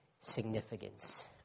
Significance